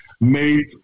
made